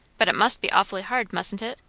but it must be awfully hard, mustn't it,